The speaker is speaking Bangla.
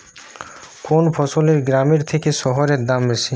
কোন ফসলের গ্রামের থেকে শহরে দাম বেশি?